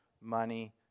money